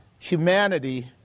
humanity